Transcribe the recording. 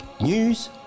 news